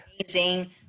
Amazing